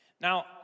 now